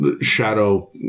shadow